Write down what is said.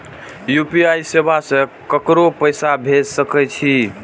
UPI सेवा से ककरो पैसा भेज सके छी?